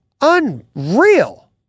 unreal